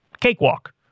cakewalk